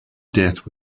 death